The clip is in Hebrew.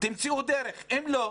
תמצאו דרך, אחרת אי